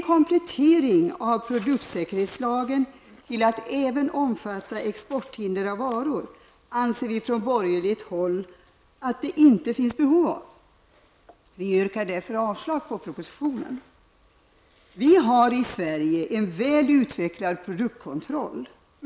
Vi på borgerligt håll anser att det inte finns något behov av en komplettering av produktsäkerhetslagen, så att denna även omfattar exporthinder av varor, och yrkar därför anslag på propositionen. Vi här i Sverige har en väl utvecklad produktkontroll.